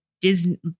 Disney